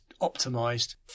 optimized